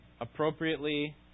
appropriately